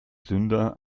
sünder